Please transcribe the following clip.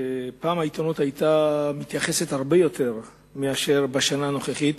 פעם העיתונות היתה מתייחסת הרבה יותר מאשר בשנה הנוכחית.